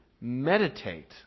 meditate